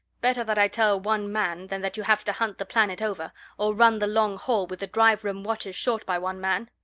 better that i tell one man than that you have to hunt the planet over or run the long haul with the drive-room watches short by one man.